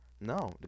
No